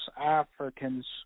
Africans